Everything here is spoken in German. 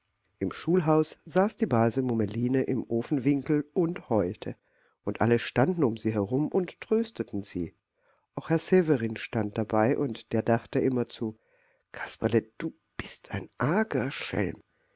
im schulhaus saß die base mummeline im ofenwinkel und heulte und alle standen um sie herum und trösteten sie auch herr severin stand dabei und der dachte immerzu kasperle du bist ein arger schelm